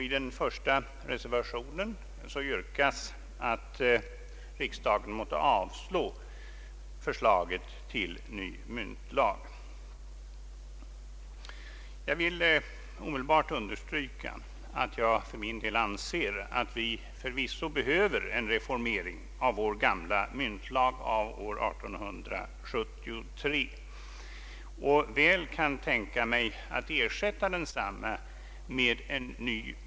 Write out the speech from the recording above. I den första reservationen yrkas att riksdagen måtte avslå förslaget till ny myntlag. Jag vill omedelbart understryka att jag för min del anser att vi förvisso behöver en reformering av vår gamla myntlag av år 1873 och att jag väl kan tänka mig att ersätta densamma med en ny.